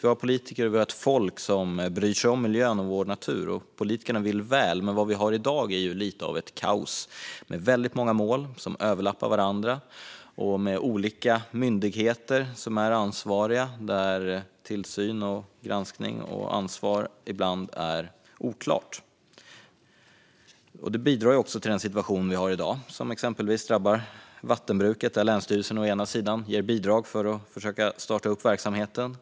Vi har politiker och ett folk som bryr sig om miljön och vår natur. Politikerna vill väl, men vad vi har i dag är lite av ett kaos med väldigt många mål som överlappar varandra och med olika myndigheter som är ansvariga. Tillsyn, granskning och ansvar är ibland oklara. Detta bidrar också till den situation vi har i dag, som exempelvis drabbar vattenbruket, där länsstyrelsen å ena sidan ger bidrag för att försöka starta upp verksamheten.